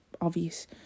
obvious